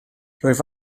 rwyf